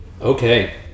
Okay